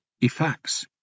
Effects